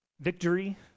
Victory